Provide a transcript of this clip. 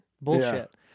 bullshit